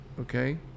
Okay